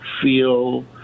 feel